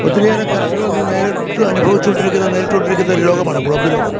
ഒത്തിരിയേറെ കർഷകരിന്ന് നേരിട്ട് അനുഭവിച്ചുകൊണ്ടിരിക്കുന്ന നേരിട്ടുകൊണ്ടിരിക്കുന്ന ഒരു രോഗമാണ് കുളമ്പ് രോഗം